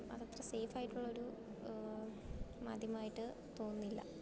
അതത്ര സെയിഫായിട്ടുള്ളൊരു മാധ്യമം ആയിട്ട് തോന്നുന്നില്ല